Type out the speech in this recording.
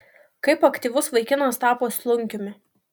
kaip aktyvus vaikinas tapo slunkiumi